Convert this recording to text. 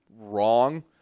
wrong